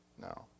No